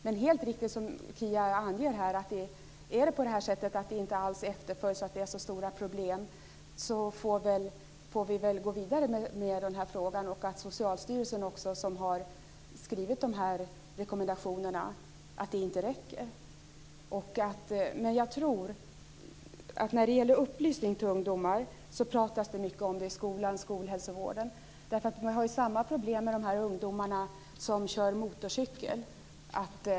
Men om det är som Kia Andreasson säger att frågorna inte följs upp och att det finns stora problem, får vi väl gå vidare med frågorna. Socialstyrelsen har skrivit rekommendationerna. Sedan var det upplysning till ungdomar. Det pratas mycket om dessa frågor inom skolhälsovården. Det är samma problem med ungdomarna som kör motorcykel.